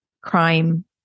crime